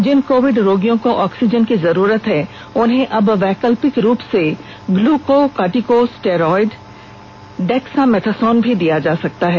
जिन Covid रोगियों को oxygen की जरूरत है उन्हें अब वैकल्पिक रूप से ग्लूकोकार्टिकोस्टेरॉइड डेक्सामेथासोन भी दिया जा सकता है